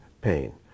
pain